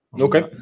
Okay